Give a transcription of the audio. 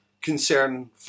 concern